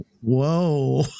whoa